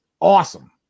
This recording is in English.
awesome